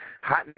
Hot